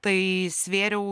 tai svėriau